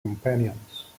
companions